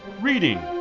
Reading